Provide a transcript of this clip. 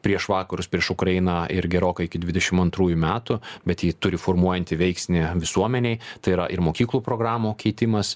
prieš vakarus prieš ukrainą ir gerokai iki dvidešimt antrųjų metų bet ji turi formuojantį veiksnį visuomenei tai yra ir mokyklų programų keitimas